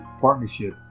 Partnership